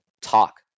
talk